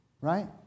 right